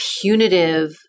punitive